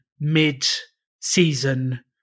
mid-season